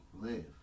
live